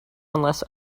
unless